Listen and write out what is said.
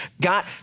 got